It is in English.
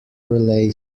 relay